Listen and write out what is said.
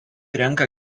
renka